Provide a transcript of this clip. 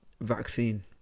vaccine